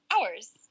hours